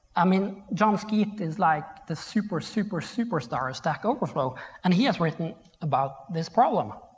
i mean jon skeet is like the super, super, superstar of stack overflow and he has written about this problem